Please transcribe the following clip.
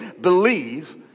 believe